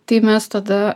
tai mes tada